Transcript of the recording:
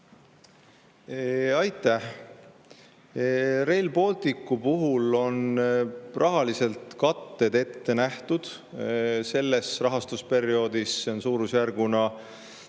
Aitäh! Rail Balticu puhul on rahaline kate ette nähtud selles rahastusperioodis suurusjärgus